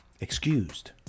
Excused